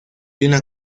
una